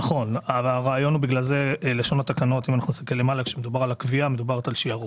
נכון, לכן כשמדובר על קביעה, מדובר על שערוך.